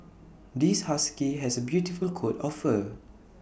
this husky has A beautiful coat of fur